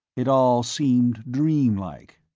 it all seemed dreamlike.